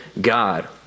God